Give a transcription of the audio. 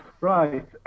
Right